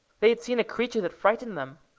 they had seen a creature that frightened them.